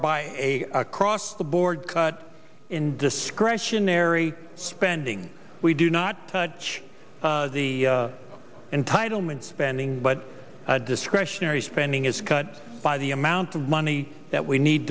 by a across the board cut in discretionary spending we do not touch the entitlement spending but discretionary spending is cut by the amount of money that we need